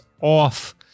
off